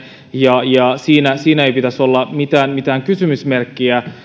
ja ja siinä ei pitäisi olla mitään mitään kysymysmerkkiä